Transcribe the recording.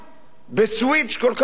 בסוויץ' כל כך מהיר,